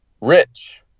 Rich